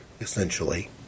essentially